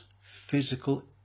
physical